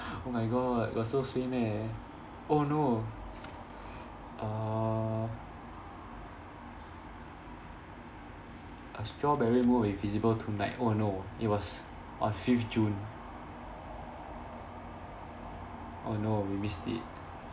oh my god got so suay meh oh no uh a strawberry moon is visible tonight oh no it was on fifth june oh no we missed it